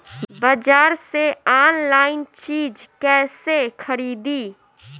बाजार से आनलाइन चीज कैसे खरीदी?